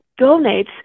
donates